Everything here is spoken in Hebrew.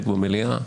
במליאה.